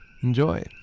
Enjoy